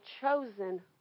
chosen